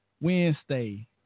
Wednesday